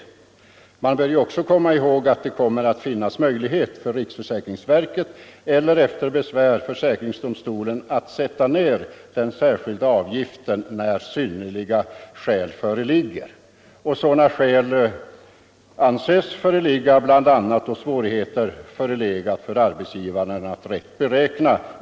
Onsdagen den Man bör också komma ihåg att det kommer att finnas möjligheter — 1] december 1974 för riksförsäkringsverket — eller efter besvär försäkringsdomstolen — att sätta ned den särskilda avgiften när synnerliga skäl härtill föreligger. Debitering och Och sådana särskilda svårigheter att rätt beräkna arbetsgivaravgiften anses — uppbörd av föreligga bl.a. för mindre företagare.